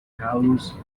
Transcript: carlos